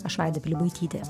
aš vaida pilibaitytė